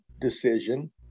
decision